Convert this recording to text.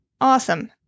awesome